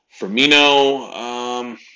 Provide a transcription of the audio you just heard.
Firmino